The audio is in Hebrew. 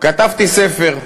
כתבתי ספר.